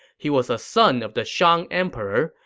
he was a son of the shang emperor.